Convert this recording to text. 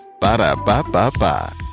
Ba-da-ba-ba-ba